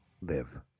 live